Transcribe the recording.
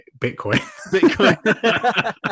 Bitcoin